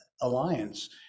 alliance